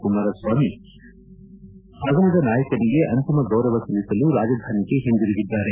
ಕುಮಾರಸ್ವಾಮಿ ಅಗಲಿದ ನಾಯಕನಿಗೆ ಅಂತಿಮ ಗೌರವ ಸಲ್ಲಿಸಲು ರಾಜಧಾನಿಗೆ ಹಿಂತಿರುಗಿದ್ದಾರೆ